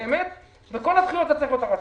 האמת היא שבכל הדחיות זה צריך להיות הרציונל.